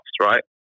right